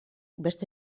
beste